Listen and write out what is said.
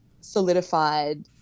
solidified